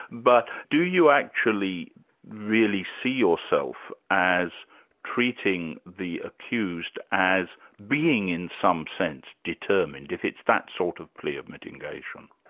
but do you actually really see yourself as treating the accused as being in some sense, determined, if it's that sort of plea of mitigation?